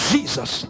Jesus